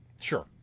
Sure